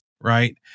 right